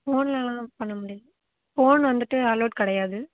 ஃபோனில் எல்லாம் பண்ண முடியாது ஃபோனு வந்துவிட்டு அலோவ்டு கிடையாது